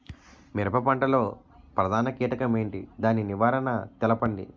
మిరప పంట లో ప్రధాన కీటకం ఏంటి? దాని నివారణ తెలపండి?